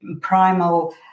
primal